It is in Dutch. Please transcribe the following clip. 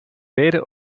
beide